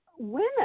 Women